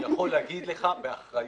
אני יכול להגיד לך באחריות,